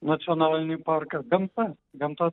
nacionalinį parką gamta gamta